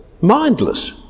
mindless